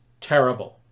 terrible